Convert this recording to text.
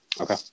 okay